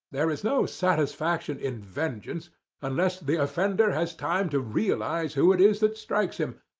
there is no satisfaction in vengeance unless the offender has time to realize who it is that strikes him,